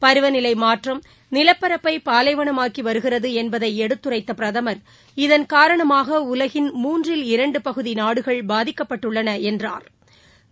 பருவநிலை மாற்றம் நிலப்பரப்பை பாலைவனமாக்கி வருகிறது என்பதை எடுத்துரைத்த பிரதமர் இதன் காரணமாக உலகின் மூன்றில் இரண்டு பகுதி நாடுகள் பாதிக்கப்பட்டுள்ளன என்றாா்